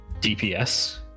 DPS